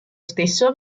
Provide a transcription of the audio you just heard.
stesso